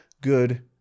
good